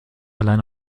alleine